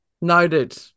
Noted